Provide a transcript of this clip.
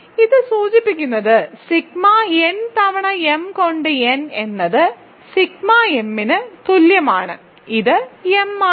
ഇത് സൂചിപ്പിക്കുന്നത് sigma n തവണ m കൊണ്ട് n എന്നത് സിഗ്മ m ന് തുല്യമാണ് ഇത് m ആണ്